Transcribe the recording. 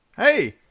hey.